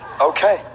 okay